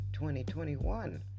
2021